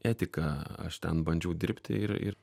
etika aš ten bandžiau dirbti ir ir